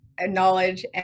knowledge